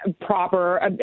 proper